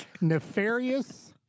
Nefarious